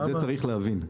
ואת זה צריך להבין.